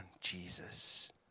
Jesus